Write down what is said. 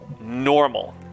normal